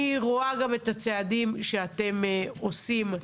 אני רואה גם את הצעדים שאתם עושים.